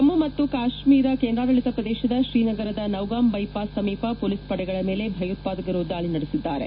ಜಮ್ನು ಕಾಶ್ನೀರ ಕೇಂದ್ರಾಡಳಿತ ಪ್ರದೇಶದ ತ್ರೀನಗರದ ನೌಗಾಮ್ ಬ್ಲೆಪಾಸ್ ಸಮೀಪ ಹೊಲೀಸ್ ಪಡೆಗಳ ಮೇಲೆ ಭಯೋತ್ಪಾದಕರು ದಾಳಿ ನಡೆಸಿದ್ದಾರೆ